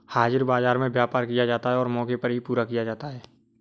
हाजिर बाजार में व्यापार किया जाता है और मौके पर ही पूरा किया जाता है